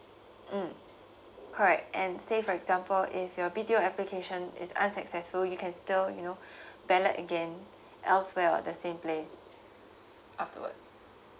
mm correct and say for example if your B_T_O application is unsuccessful you can still you know ballot again elsewhere or the same place afterwards